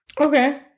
Okay